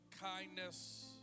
kindness